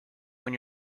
when